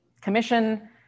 commission